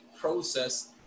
process